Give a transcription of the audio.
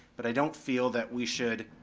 but i don't feel that we should